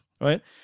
Right